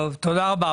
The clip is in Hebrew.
תודה רבה.